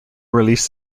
released